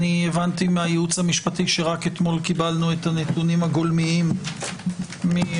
הבנתי מהייעוץ המשפטי שרק אתמול קיבלנו את הנתונים הגולמיים שביקשתי